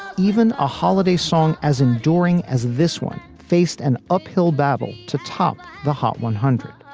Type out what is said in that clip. even a holiday song as enduring as this one faced an uphill battle to top the hot one hundred.